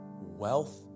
wealth